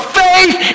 faith